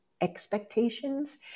expectations